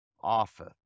office